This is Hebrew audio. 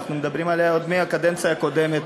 אנחנו מדברים עליה כבר מהקדנציה הקודמת,